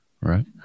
Right